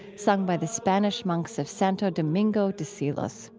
sung by the spanish monks of santo domingo de silos.